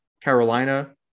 Carolina